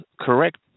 correct